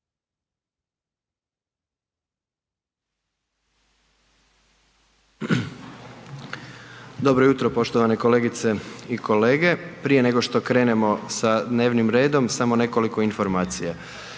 Dobro jutro poštovane kolegice i kolege. Prije nego što krenemo sa dnevnim redom, samo nekoliko informacija.